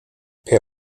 per